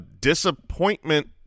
Disappointment